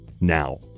now